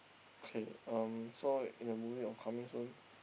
K um so in the movie of coming soon